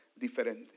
diferente